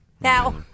Now